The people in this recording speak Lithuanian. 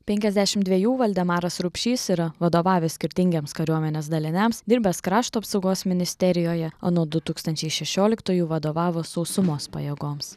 penkiasdešimt dvejų valdemaras rupšys yra vadovavęs skirtingiems kariuomenės daliniams dirbęs krašto apsaugos ministerijoje o nuo du tūkstančai šešioliktųjų vadovavo sausumos pajėgoms